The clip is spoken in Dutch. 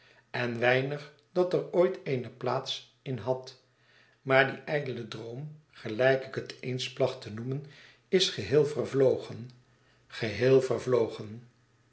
en weinig dat er ooit eene plaats in had maar die ijdele droom gelijk ik het eens placht te noemen is geheel vervlogen geheel vervlogen